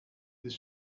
this